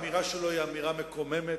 האמירה שלו היא אמירה מקוממת,